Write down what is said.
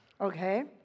Okay